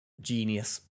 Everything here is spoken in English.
Genius